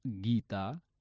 Gita